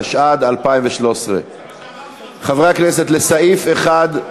התשע"ד 2013. חברי הכנסת, לסעיף 1,